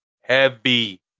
Heavy